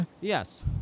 Yes